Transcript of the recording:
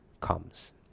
comes